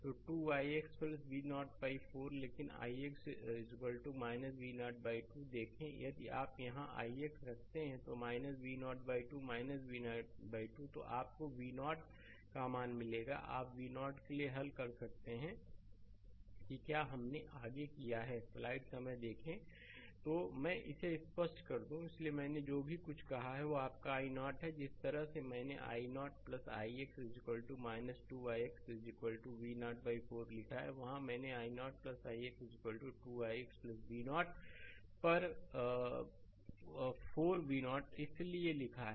तो 2 ix V0 4 लेकिन ix V0 2 देखें यदि आप ix यहाँ रखते हैं V0 2 V0 2 तो आपको V0 का मान मिलेगा आप V0 के लिए हल कर सकते हैं कि क्या हमने आगे किया है स्लाइड समय देखें 0525 तो मैं इसे स्पष्ट कर दूं इसलिए मैंने जो कुछ भी कहा वह आपका i0 है जिस तरह से मैंने i0 ix 2 ix V0 4 लिखा है वहाँ मैंने i0 ix 2 ix V0 पर 4 V0 इसलिए लिखा है